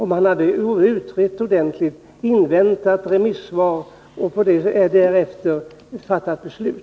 Man hade då kunnat utreda ordentligt, invänta remissvar och därefter fatta beslut.